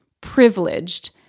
privileged